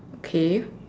okay